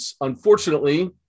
unfortunately